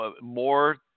more